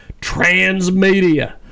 Transmedia